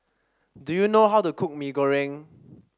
do you know how to cook Mee Goreng